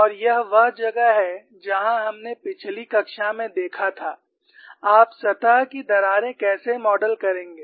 और यह वह जगह है जहां हमने पिछली कक्षा में देखा था आप सतह की दरारें कैसे मॉडल करेंगे